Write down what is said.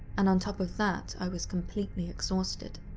and on top of that i was completely exhausted.